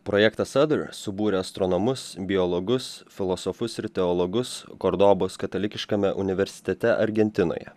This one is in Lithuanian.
projektas averi subūrė astronomus biologus filosofus ir teologus kordobos katalikiškame universitete argentinoje